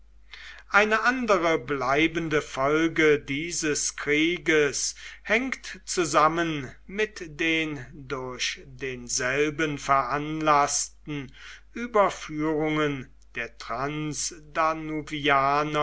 eine andere bleibende folge dieses krieges hängt zusammen mit den durch denselben veranlaßten oberführungen der